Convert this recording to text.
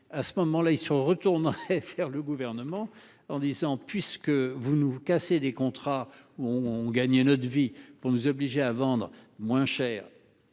à ce moment-là ils sont retournerait faire le gouvernement en disant puisque vous nous cassez des contrats où on gagne notre vie pour nous obliger à vendre moins cher,